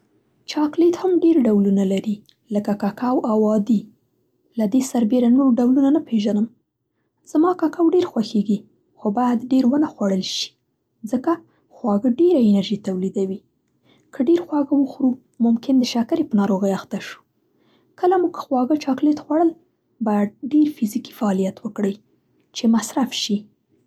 چاکلېت هم ډېر ډولونه لري، لکه ککو او عادي. له دې سربېره نور ډولونه نه پېژنم. زما ککو ډېر خوښېږي خو باید ډېر ونه خوړل شي؛ ځکه خواږه ډېره انرژي تولیدوي. که ډېر خواږه وخورو ممکن د شکرې په ناروغۍ اخته شو. کله مو که خواږه چاکلېت خوړل باید ډېر فزیکي فعالیت وکړئ چې مصرف شي.